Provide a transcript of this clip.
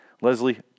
Leslie